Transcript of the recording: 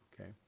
Okay